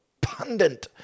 pundit